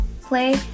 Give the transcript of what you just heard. Play